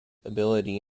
ability